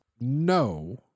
no